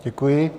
Děkuji.